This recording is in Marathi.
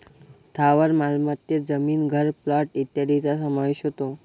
स्थावर मालमत्तेत जमीन, घर, प्लॉट इत्यादींचा समावेश होतो